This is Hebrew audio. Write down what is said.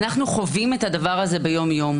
אנחנו חווים את הדבר הזה ביום-יום,